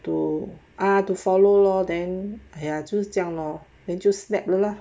to ah to follow lor then !aiya! 就这样 lor then 就 snap lor